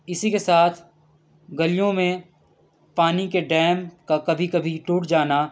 اسی کے ساتھ گلیوں میں پانی کے ڈیم کا کبھی کبھی ٹوٹ جانا